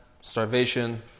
starvation